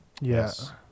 yes